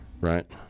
Right